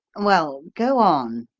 well go on.